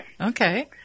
Okay